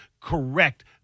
correct